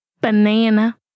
Banana